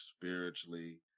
spiritually